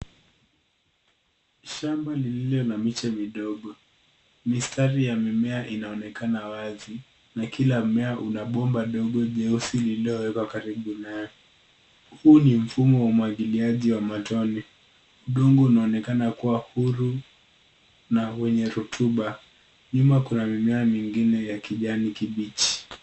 Shamba lililo na miche midogo. Mistari ya mimea inaonekana wazi, na kila mmea una bomba dogo jeusi lililowekwa karibu naye. Huu ni mfumo wa umwagiliaji wa matone. Udongo unaonekana kuwa huru na wenye rotuba. Nyuma kuna mimea mengine ya kijani kibichi.